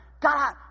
God